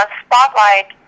spotlight